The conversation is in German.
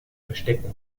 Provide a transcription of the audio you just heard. verstecken